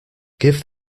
give